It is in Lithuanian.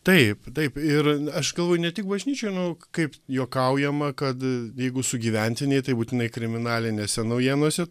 taip taip ir aš galvoju ne tik bažnyčioj nu kaip juokaujama kad jeigu sugyventiniai tai būtinai kriminalinėse naujienose